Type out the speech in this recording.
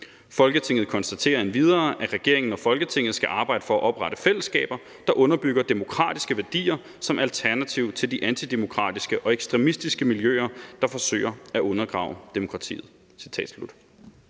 Folketinget konstaterer endvidere, at regeringen og Folketinget skal arbejde for at oprette fællesskaber, der underbygger demokratiske værdier som alternativ til de antidemokratiske og ekstremistiske miljøer, der forsøger at undergrave demokratiet.«